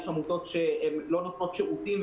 יש עמותות שלא נותנות שירותים,